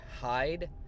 hide